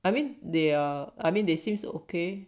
I mean they are I mean they seems okay